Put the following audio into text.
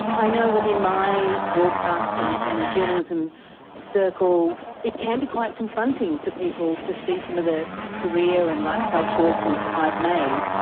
i know within my broadcast and and journalism circles it can be quite confronting for people to see some of the career and lifestyle choices i've made,